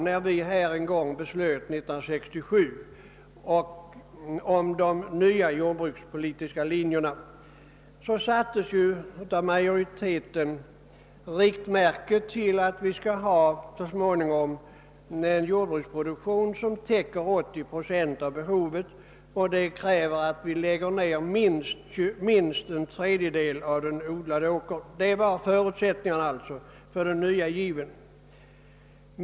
När vi 1967 fattade beslut om de nya riktlinjerna för jordbrukspolitiken, satte majoriteten som riktmärke, att vi så småningom skall ha en jordbruksproduktion som täcker 80 procent av be hovet, vilket kräver, att vi lägger ned minst en tredjedel av den odlade arealen. Det var en av förutsättningarna för den nya given.